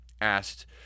asked